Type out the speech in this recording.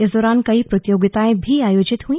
इस दौरान कई प्रतियोगिताएं आयोजित हुई